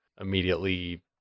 immediately